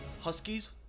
Huskies